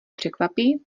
překvapí